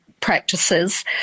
practices